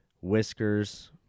Whiskers